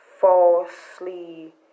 falsely